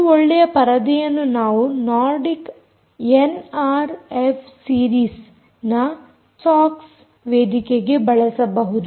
ಈ ಒಳ್ಳೆಯ ಪರದೆಯನ್ನು ನಾವು ನೋರ್ಡಿಕ್ ಎನ್ಆರ್ಎಫ್ ಸಿರೀಸ್ ನ ಸೋಕ್ಸ್ ವೇದಿಕೆಗೆ ಬಳಸಬಹುದು